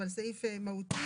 אבל סעיף מהותי.